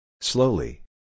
Slowly